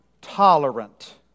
tolerant